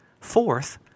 Fourth